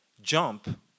jump